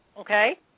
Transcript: okay